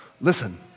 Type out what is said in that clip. Listen